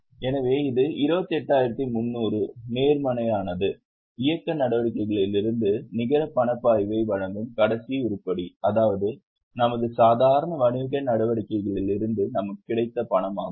எனவே இது 28300 நேர்மறையானது இயக்க நடவடிக்கைகளில் இருந்து நிகர பணப்பாய்வை வழங்கும் கடைசி உருப்படி அதாவது நமது சாதாரண வணிக நடவடிக்கைகளிலிருந்து நமக்கு கிடைத்த பணம் ஆகும்